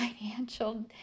financial